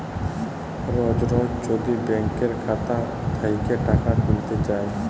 রজ রজ যদি ব্যাংকের খাতা থ্যাইকে টাকা ত্যুইলতে চায়